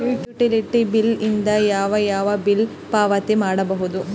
Utility bill ದಿಂದ ಯಾವ ಯಾವ ಬಿಲ್ ಪಾವತಿ ಮಾಡಬಹುದು?